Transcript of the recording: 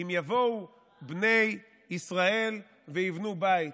אם יבואו בני ישראל ויבנו בית,